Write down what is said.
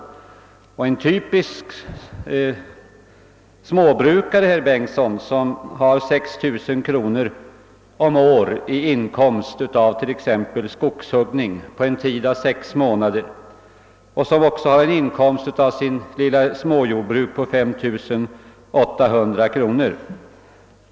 Vi tar en typisk småbrukare, herr Bengtsson, som på skogshuggning har en inkomst av 6 000 kronor per år under en tid av sex månader och som också har en inkomst från sitt småbruk på 5800 kronor.